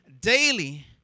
daily